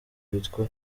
witwa